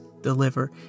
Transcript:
deliver